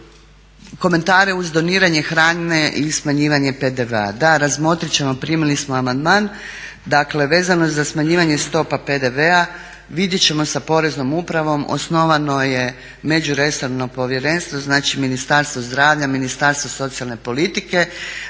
komentare uz doniranje hrane i smanjivanje PDV-a.